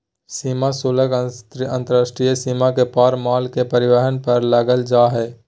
सीमा शुल्क अंतर्राष्ट्रीय सीमा के पार माल के परिवहन पर लगाल जा हइ